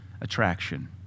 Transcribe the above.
attraction